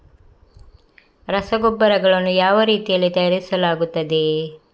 ರಸಗೊಬ್ಬರಗಳನ್ನು ಯಾವ ರೀತಿಯಲ್ಲಿ ತಯಾರಿಸಲಾಗುತ್ತದೆ?